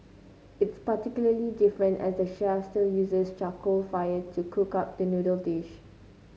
it's particularly different as the chef still uses charcoal fire to cook up the noodle dish